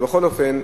בכל אופן,